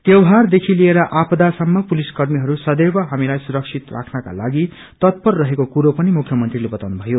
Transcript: त्यौहारदेखि लिएर आपदा सम्म पुलिस कर्मीहरू सदैव हामीलाई सुरक्षित राख्नकालागि तत्पर रहेको कुरो पनि मुख्यमन्त्रीले बताउनु भयो